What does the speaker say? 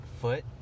foot